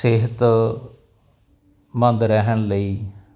ਸਿਹਤਮੰਦ ਰਹਿਣ ਲਈ